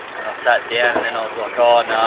sat down, and i was like ah